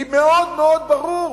כי מאוד מאוד ברור.